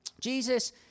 Jesus